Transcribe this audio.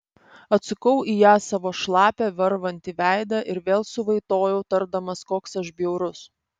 atsukau į ją savo šlapią varvantį veidą ir vėl suvaitojau tardamas koks aš bjaurus